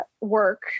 work